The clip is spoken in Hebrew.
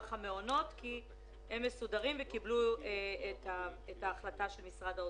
כי הם מסודרים, הם קיבלו את ההחלטה של משרד האוצר,